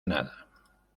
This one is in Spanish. nada